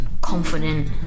confident